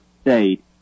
state